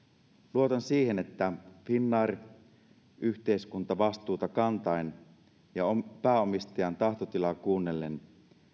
luotan siihen että finnair yhteiskuntavastuuta kantaen ja pääomistajan tahtotilaa kuunnellen